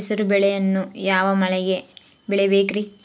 ಹೆಸರುಬೇಳೆಯನ್ನು ಯಾವ ಮಳೆಗೆ ಬೆಳಿಬೇಕ್ರಿ?